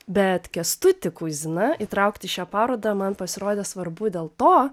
bet kęstutį kuiziną įtraukti į šią parodą man pasirodė svarbu dėl to